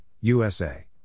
USA